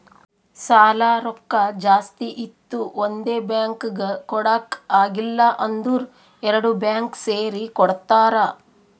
ಸಾಲಾ ರೊಕ್ಕಾ ಜಾಸ್ತಿ ಇತ್ತು ಒಂದೇ ಬ್ಯಾಂಕ್ಗ್ ಕೊಡಾಕ್ ಆಗಿಲ್ಲಾ ಅಂದುರ್ ಎರಡು ಬ್ಯಾಂಕ್ ಸೇರಿ ಕೊಡ್ತಾರ